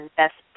best